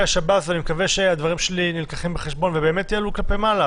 השב"ס אני מקווה שהדברים שלי נלקחים בחשבון ובאמת יעלו כלפי מעלה.